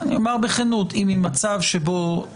אני אומר בכנות תראו,